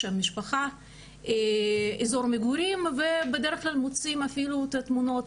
שם משפחה ואזור מגורים ובדרך כלל מוצאים את התמונות,